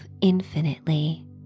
infinitely